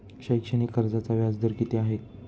शैक्षणिक कर्जाचा व्याजदर किती आहे?